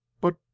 But